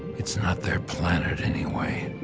it's not their planet, anyway,